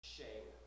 Shame